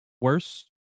worse